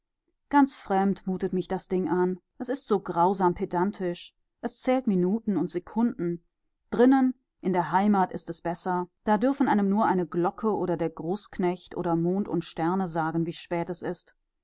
ganz fremd mutet mich das ding an es ist so grausam pedantisch es zählt minuten und sekunden drinnen in der heimat ist es besser da dürfen einem nur eine glocke oder der großknecht oder mond und sterne sagen wie spät es ist